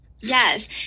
Yes